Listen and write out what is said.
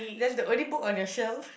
that's the only book on your shelf